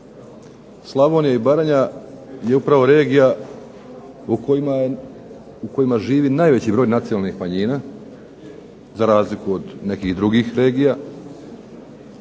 Slavonija i Baranja je upravo regija u kojima živi najveći broj nacionalnih manjina. Za razliku od nekih drugih regija,